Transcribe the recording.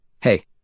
Hey